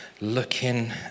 looking